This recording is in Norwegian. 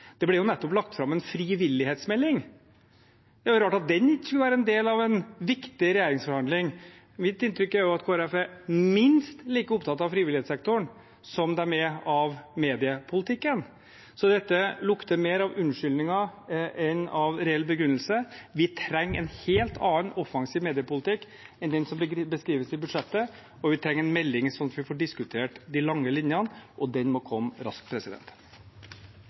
Det ble nettopp lagt fram en frivillighetsmelding, og det er rart at den ikke skulle være en del av en viktig regjeringsforhandling. Mitt inntrykk er at Kristelig Folkeparti er minst like opptatt av frivillighetssektoren som de er av mediepolitikken. Så dette lukter mer av unnskyldninger enn av reell begrunnelse. Vi trenger en helt annen, offensiv mediepolitikk enn den som beskrives i budsjettet – vi trenger en melding, sånn at vi får diskutert de lange linjene, og den må komme raskt.